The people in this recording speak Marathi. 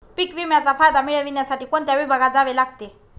पीक विम्याचा फायदा मिळविण्यासाठी कोणत्या विभागात जावे लागते?